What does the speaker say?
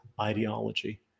ideology